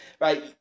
right